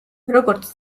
როგორც